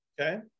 Okay